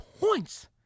points